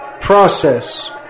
process